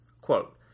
Quote